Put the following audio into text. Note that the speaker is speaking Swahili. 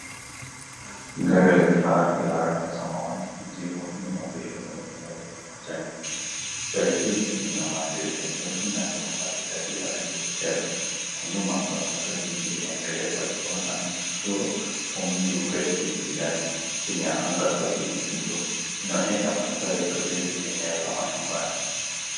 Gari la kifahari la rangi ya samawati iliyoiva limeegeshwa kwenye eneo lenye majani mabichi. Gari hii lina madirisha meusi na rimu imaridadi ya rangi ya fedha. Kwa nyuma kuna magari mengine yaliyopakiwa na misusuru kwa mti mrefu ya kijani chini ya anga safi ya kibluu. Inaonyesha mandhari tulivu ya eneo la mashambani.